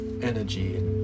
energy